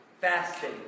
Fasting